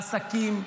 העסקים,